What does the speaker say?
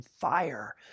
fire